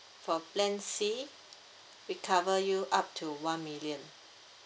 for plan C we cover you up to one million